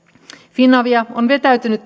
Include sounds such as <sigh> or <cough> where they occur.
finavia toimintoineen on vetäytynyt <unintelligible>